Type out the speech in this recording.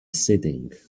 sitting